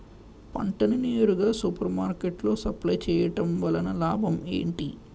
పంట ని నేరుగా సూపర్ మార్కెట్ లో సప్లై చేయటం వలన లాభం ఏంటి?